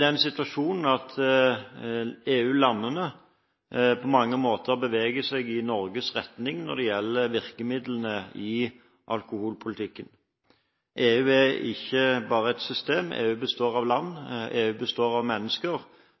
den situasjonen at EU-landene på mange måter beveger seg i Norges retning når det gjelder virkemidlene i alkoholpolitikken. EU er ikke bare et system, EU består av land, og EU består av mennesker